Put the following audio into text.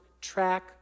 track